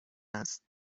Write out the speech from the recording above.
است